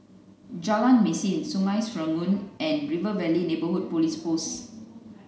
Jalan Mesin Sungei Serangoon and River Valley Neighbourhood Police Post